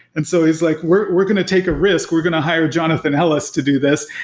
and so he's like, we're we're going to take a risk. we're going to hire jonathan ellis to do this.